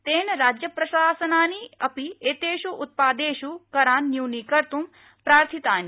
तेन राज्यप्रशासनानि अपि एतेष् उत्पादेष् करान् न्यूनीकर्त् प्रार्थितानि